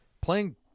playing